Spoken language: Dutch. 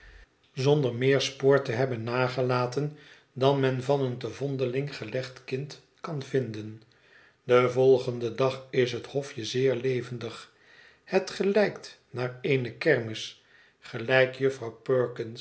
zonder meer spoor te hebben achtergelaten dan men van een te vondeling gelegd kind kan vinden den volgenden dag is het hofje zeer levendig het gelijkt naar eene kermis gelijk jufvrouw